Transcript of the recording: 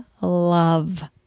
love